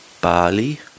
Barley